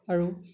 আৰু